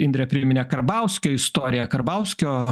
indrė priminė karbauskio istoriją karbauskio